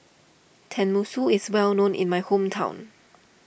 Tenmusu is well known in my hometown